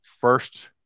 first